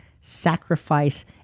sacrifice